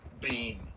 beam